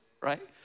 right